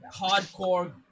hardcore